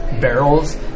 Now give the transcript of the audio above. barrels